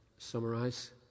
Summarize